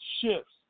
shifts